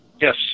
Yes